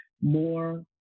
more